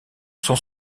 sont